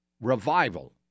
revival